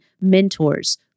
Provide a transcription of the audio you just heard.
mentors